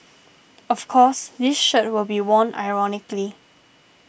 of course this shirt will be worn ironically